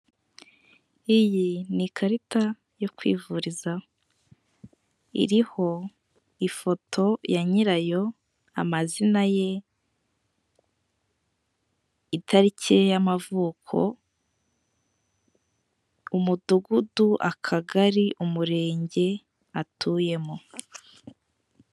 Iyi ni ikarita yo kwivurizaho. Iriho ifoto ya nyirayo, amazina ye, itariki y'amavuko, umudugudu, akagari, umurenge atuyemo.